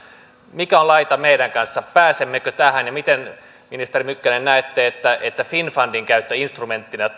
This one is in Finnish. mikä on laita meidän kanssamme pääsemmekö tähän ja miten ministeri mykkänen näette finnfundin käytön instrumenttina